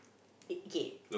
big okay